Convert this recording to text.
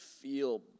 feel